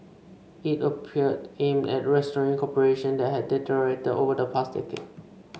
it appeared aimed at restoring cooperation that had deteriorated over the past decade